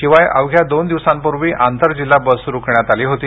शिवाय अवघ्या दोन दिवसांपूर्वी आंतरजिल्हा बस सुरू करण्यात आली होती